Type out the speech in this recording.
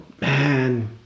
man